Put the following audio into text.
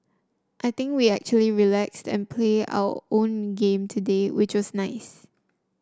I think we actually relaxed and play our own game today which was nice